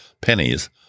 pennies